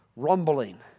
Rumbling